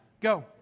Go